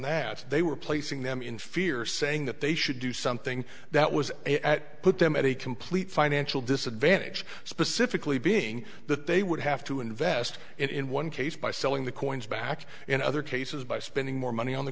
that they were placing them in fear saying that they should do something that was at put them at a complete financial disadvantage specifically being that they would have to invest in one case by selling the coins back in other cases by spending more money on the